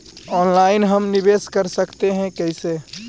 Online हम निवेश कर सकते है, कैसे?